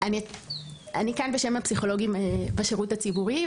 אני כאן בשם הפסיכולוגים בשירות הציבורי,